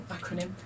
acronym